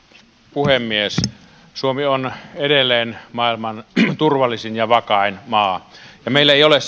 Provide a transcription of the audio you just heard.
puhemies suomi on edelleen maailman turvallisin ja vakain maa meillä ei ole